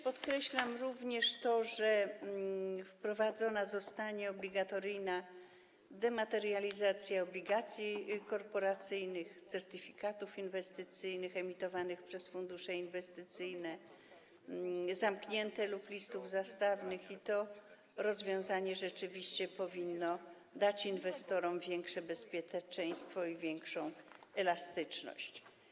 Podkreślam również to, że wprowadzona zostanie obligatoryjna dematerializacja obligacji korporacyjnych, certyfikatów inwestycyjnych emitowanych przez fundusze inwestycyjne zamknięte lub listów zastawnym, i to rozwiązanie rzeczywiście powinno dać inwestorom większe bezpieczeństwo i większą elastyczność.